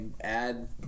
add